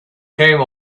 came